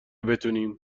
بتونیم